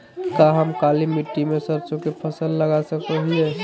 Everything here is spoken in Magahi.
का हम काली मिट्टी में सरसों के फसल लगा सको हीयय?